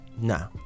Nah